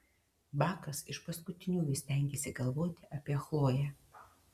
bakas iš paskutiniųjų stengėsi galvoti apie chloję